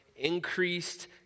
increased